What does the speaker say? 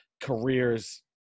careers